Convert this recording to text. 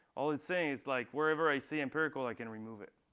all it's saying is like, wherever i see empirical, i can remove it.